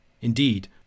Indeed